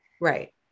Right